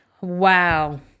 Wow